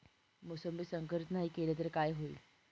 मोसंबी संकरित नाही केली तर काय होईल?